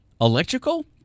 electrical